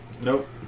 Nope